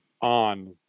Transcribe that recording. on